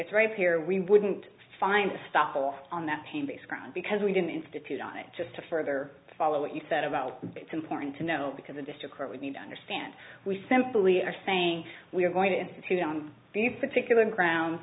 it's right here we wouldn't find the stop off on that team based around because we didn't institute on it just to further follow what you said about it's important to know because a district court would need to understand we simply are saying we are going to institute the particular grounds